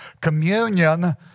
communion